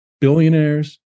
billionaires